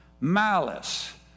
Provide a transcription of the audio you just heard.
malice